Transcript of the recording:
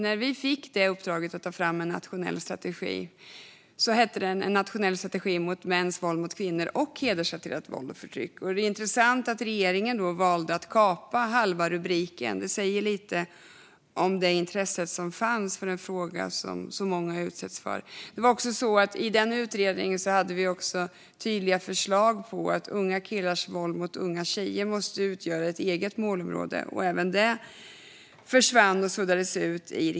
När vi fick uppdraget att ta fram en nationell strategi hette den Nationell strategi mot mäns våld mot kvinnor och hedersrelaterat våld och förtryck. Det är intressant att regeringen då valde att kapa halva rubriken. Det säger lite om det intresse som fanns för något som många utsätts för. I utredningen hade vi också tydliga förslag på att unga killars våld mot unga tjejer måste utgöra ett eget målområde. Även det försvann och suddades ut.